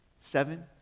seven